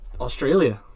Australia